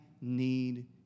need